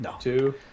two